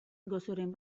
gozoren